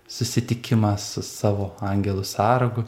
susitikimą su savo angelu sargu